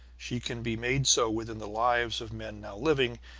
she can be made so within the lives of men now living,